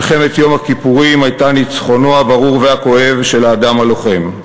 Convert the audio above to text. מלחמת יום הכיפורים הייתה ניצחונו הברור והכואב של האדם הלוחם.